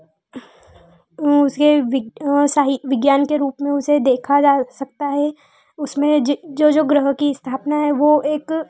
उसके विज्ञ सही विज्ञान के रूप में उसे देखा जा सकता है उसमें जो जो ग्रह की स्थापना वह एक